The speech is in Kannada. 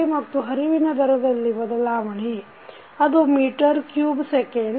ಮತ್ತು ಹರಿವಿನ ದರದಲ್ಲಿ ಬದಲಾವಣೆ ಅದು ಮೀಟರ್ ಕ್ಯುಬ್ ಸೆಕೆಂಡ್